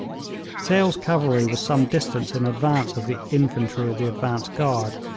sale's cavalry was some distance in advance of the infantry of the advance guard,